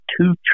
two